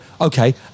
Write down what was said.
okay